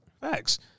Facts